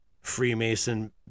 Freemason